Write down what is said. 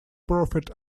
profit